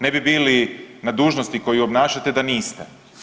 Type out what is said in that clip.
Ne bi bili na dužnosti koju obnašate da niste.